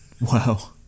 Wow